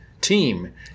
team